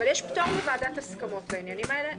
אבל יש פטור מוועדת הסכמות בעניינים האלה.